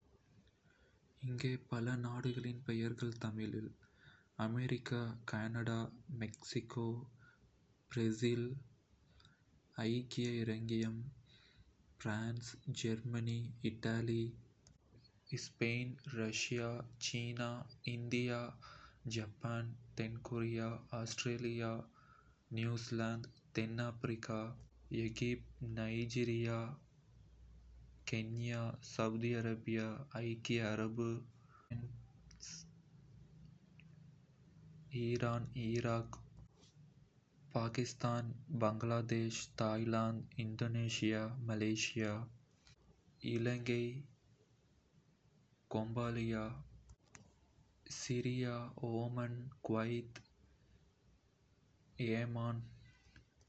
இங்கே பல நாடுகளின் பெயர்கள் தமிழில் அமெரிக்கா கனடாமெக்சிகோ பிரேசில் ஆर्जென்டினா ஐக்கிய இராச்சியம் France Germany Italy Spain Russia China India Japan தென் கொரியாஆஸ்திரேலியா நியூசிலாந்து தென் Africa Egypt Nigeria Kenya Saudi Arabia ஐக்கிய அரபு Emirates Turkey Iran Iraq Pakistan Bangladesh Thailand Indonesia Malaysia Philippines Vietnam வடக்கு கொரியா ஆப்கானிஸ்தான் நேபாள் இலங்கை Chile Peru Colombia Venezuela Paraguay Ecuador Bolivia Israel Greece Switzerland Sweden Norway Denmark Finland Iceland Portugal Poland செக் குடியரசு Slovakia Hungary Romania Bulgaria Serbia